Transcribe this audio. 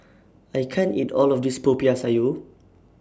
I can't eat All of This Popiah Sayur